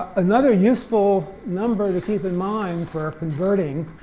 another useful number to keep in mind for converting,